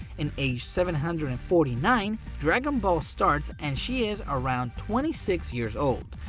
in age seven hundred and forty nine dragon ball starts and she is around twenty six years old.